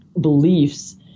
beliefs